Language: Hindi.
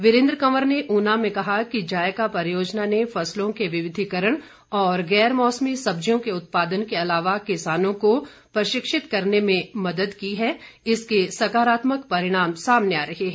वीरेन्द्र कंवर ने ऊना में कहा कि जायका परियोजना ने फसलों के विविधिकरण और गैर मौसमी सब्जियों के उत्पादन के अलावा किसानों को प्रशिक्षित करने में मदद की है इसके सकारात्मक परिणाम सामने आ रहे हैं